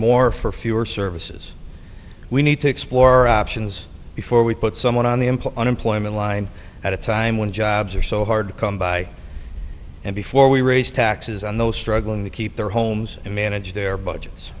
more for fewer services we need to explore options before we put someone on the employee unemployment line at a time when jobs are so hard to come by and before we raise taxes on those struggling to keep their homes and manage their budgets